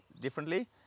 differently